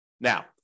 Now